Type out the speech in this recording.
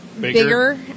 Bigger